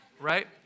right